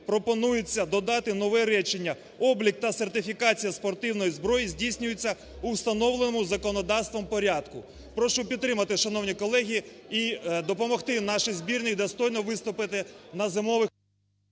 пропонується додати нове речення: "Облік та сертифікація спортивної зброї здійснюється в установленому законодавством порядку". Прошу підтримати, шановні колеги, і допомогти нашій збірній достойно виступити на зимових…